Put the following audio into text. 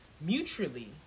mutually